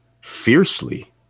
fiercely